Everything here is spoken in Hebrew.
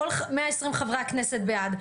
כל 120 חברי הכנסת בעד,